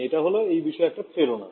এটা হল এই বিষয়ে একটা প্রেরণা